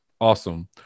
Awesome